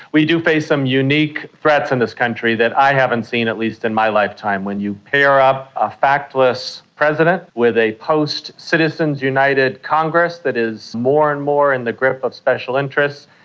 we do face some unique threats in this country that i haven't seen, at least in my lifetime. when you pair up a factless president with a post citizens united congress that is more and more in the grip of special interests,